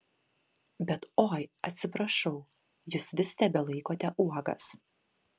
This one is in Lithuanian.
bet oi atsiprašau jūs vis tebelaikote uogas